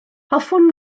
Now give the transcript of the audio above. hoffwn